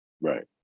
Right